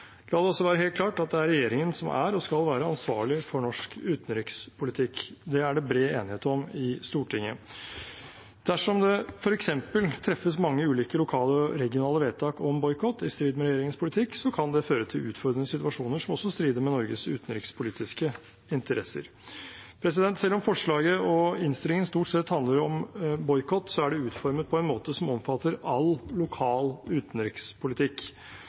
La det også være helt klart at det er regjeringen som er og skal være ansvarlig for norsk utenrikspolitikk. Det er det bred enighet om i Stortinget. Dersom det f.eks. treffes mange ulike lokale og regionale vedtak om boikott i strid med regjeringens politikk, kan det føre til utfordrende situasjoner som også strider med Norges utenrikspolitiske interesser. Selv om forslaget og innstillingen stort sett handler om boikott, er det utformet på en måte som omfatter all lokal utenrikspolitikk.